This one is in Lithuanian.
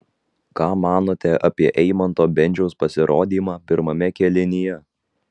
ką manote apie eimanto bendžiaus pasirodymą pirmame kėlinyje